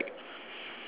to be correct